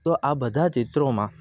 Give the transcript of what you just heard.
તો આ બધા ચિત્રોમાં